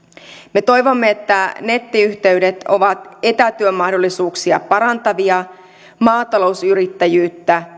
me toivomme että nettiyhteydet ovat etätyömahdollisuuksia parantavia maatalousyrittäjyyttä